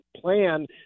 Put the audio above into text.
plan